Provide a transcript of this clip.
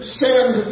send